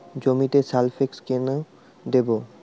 জমিতে সালফেক্স কেন দেবো?